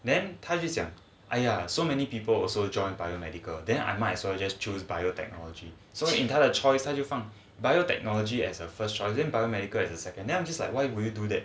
then 他就讲 !aiya! so many people also joined biomedical then I might as well just chose biotechnology so 他的 choice 他就放 biotechnology as a first choice in biomedical is the second then I'm just like why would you do that